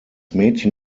mädchen